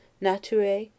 Nature